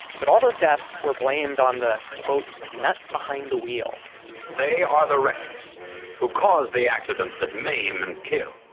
but all those deaths were blamed on the nut behind the wheel they are the reckless who cause the accidents that maim and kill.